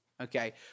Okay